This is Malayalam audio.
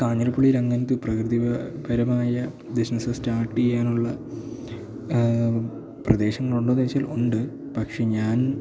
കാഞ്ഞിരപ്പള്ളിയില് അങ്ങനത്തെ പ്രകൃതിപരമായ ബിസിനസ്സ് സ്റ്റാർട്ട് ചെയ്യാനുള്ള പ്രദേശങ്ങൾ ഉണ്ടോ എന്നു ചോദിച്ചാൽ ഉണ്ട് പക്ഷെ ഞാൻ